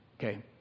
Okay